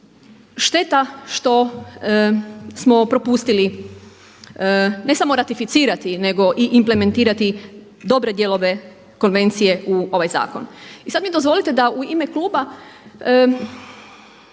šteta što smo propustili ne samo ratificirati nego i implementirati dobre dijelove konvencije u ovaj zakon. I sad mi dozvolite da u ime kluba